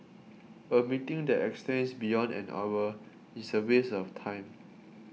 a meeting that extends beyond an hour is a waste of time